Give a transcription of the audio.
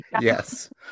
Yes